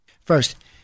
First